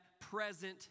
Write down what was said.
present